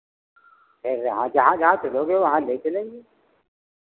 अरे जहाँ जहाँ जहाँ चलोगे वहाँ ले चलेंगे